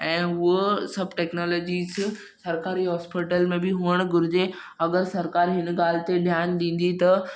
ऐं उहो सभु टेकनॉलोजीस सरकारी हॉस्पिटल में बि हुअणु घुरिजे अगरि सरकार हिन ॻाल्हि ते ध्यानु ॾींदी त